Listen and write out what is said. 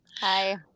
Hi